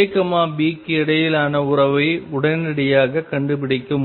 A B க்கு இடையிலான உறவை உடனடியாகக் கண்டுபிடிக்க முடியும்